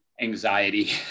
anxiety